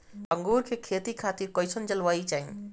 अंगूर के खेती खातिर कइसन जलवायु चाही?